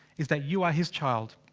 is that you are his child.